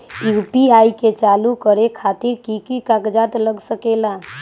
UPI के चालु करे खातीर कि की कागज़ात लग सकेला?